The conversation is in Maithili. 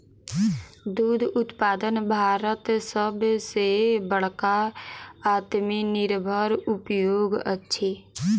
दूध उत्पादन भारतक सभ सॅ बड़का आत्मनिर्भर उद्योग अछि